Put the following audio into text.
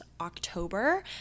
October